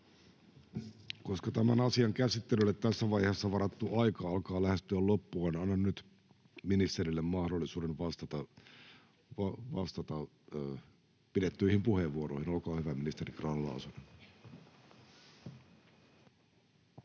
Koska tämän asian käsittelylle tässä vaiheessa varattu aika alkaa lähestyä loppuaan, annan nyt ministerille mahdollisuuden vastata pidettyihin puheenvuoroihin. — Olkaa hyvä, ministeri Grahn-Laasonen.